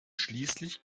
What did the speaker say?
schließlich